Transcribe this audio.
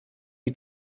die